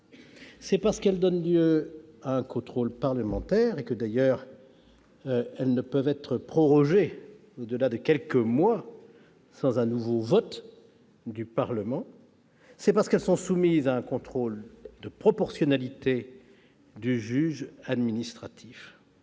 temporaires, qu'elles donnent lieu à un contrôle parlementaire- elles ne peuvent être prorogées au-delà de quelques mois sans un nouveau vote du Parlement -et qu'elles sont soumises à un contrôle de proportionnalité du juge administratif.